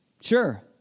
Sure